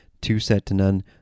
two-set-to-none